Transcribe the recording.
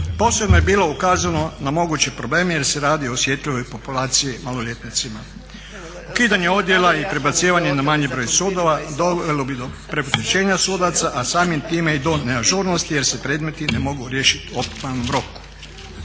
Posebno je bilo ukazano na moguće probleme jer se radi o osjetljivoj populaciji, maloljetnicima. Ukidanje odjela i prebacivanje na manji broj sudova dovelo bi preopterećenja sudaca a samim time i do neažurnosti jer se predmeti ne mogu riješiti u optimalnom roku.